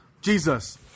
Jesus